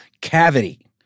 cavity